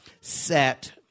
set